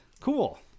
Cool